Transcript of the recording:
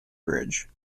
bridge